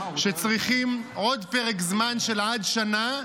שצריכים עוד פרק זמן של עד שנה,